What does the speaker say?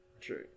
true